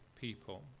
people